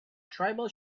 tribal